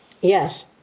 Yes